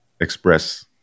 express